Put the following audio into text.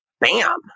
bam